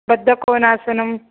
बद्धकोणासनं